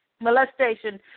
molestation